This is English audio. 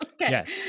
Yes